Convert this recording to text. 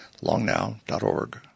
longnow.org